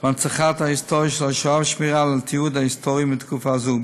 בהנצחת ההיסטוריה של השואה ובשמירה על התיעוד ההיסטורי מתקופה זו.